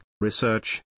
research